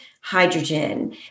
hydrogen